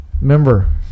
Remember